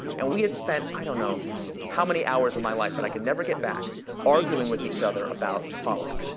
and we had spent i don't know how many hours of my life that i can never get back arguing with each other about the following.